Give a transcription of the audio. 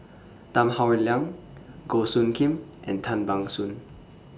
Tan Howe Liang Goh Soo Khim and Tan Ban Soon